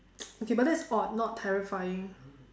okay but that's odd not terrifying